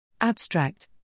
Abstract